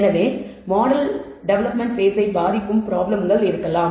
எனவே model development base ஐ பாதிக்கும் ப்ராப்ளம்கள் இருக்கலாம்